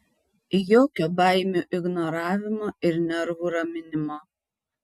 jokio baimių ignoravimo ir nervų raminimo